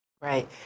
right